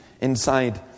inside